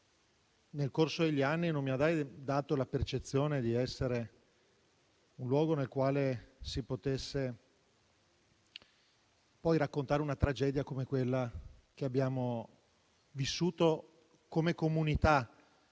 nel corso degli anni non mi ha dato la percezione di essere un luogo sul quale si potesse poi raccontare una tragedia come quella che abbiamo vissuto, come comunità